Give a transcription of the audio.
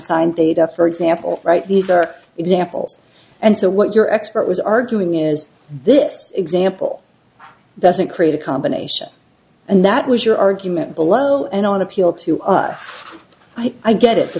signed data for example right these are examples and so what your expert was arguing is this example doesn't create a combination and that was your argument below and on appeal to us i get it